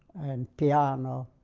and piano